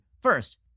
First